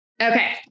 Okay